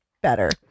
better